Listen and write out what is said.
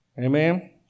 Amen